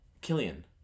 Killian